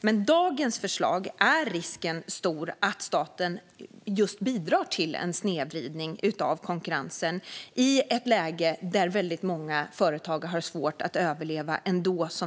Med dagens förslag är risken stor att staten bidrar till en snedvridning av konkurrensen i ett läge där väldigt många företag har svårt att överleva ändå.